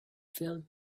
filled